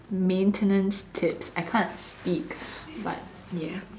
maintenance tips I can't speak but ya